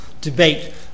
debate